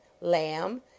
Lamb